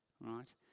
right